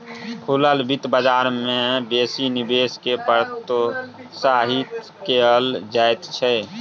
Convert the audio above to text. खुलल बित्त बजार मे बेसी निवेश केँ प्रोत्साहित कयल जाइत छै